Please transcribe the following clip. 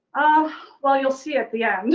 well, you'll see at the end.